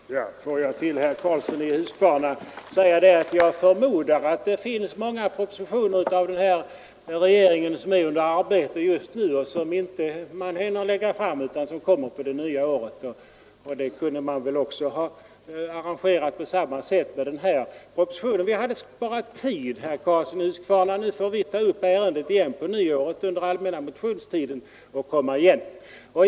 Fru talman! Låt mig till herr Karlsson i Huskvarna säga att jag förmodar att regeringen har många propositioner under arbete, som inte hinner läggas fram nu utan som kommer på det nya året. Man kunde väl ha ordnat på samma sätt med den här propositionen. Vi hade sparat tid, herr Karlsson i Huskvarna. Nu får vi ta upp ärendet igen under den allmänna motionstiden.